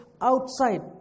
outside